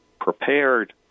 prepared